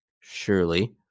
Surely